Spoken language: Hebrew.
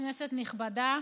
כנסת נכבדה,